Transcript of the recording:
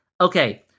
Okay